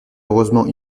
heureusement